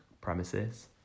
premises